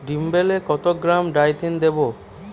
ডিস্মেলে কত গ্রাম ডাইথেন দেবো?